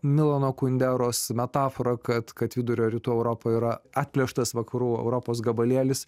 milano kunderos metafora kad kad vidurio rytų europa yra atplėštas vakarų europos gabalėlis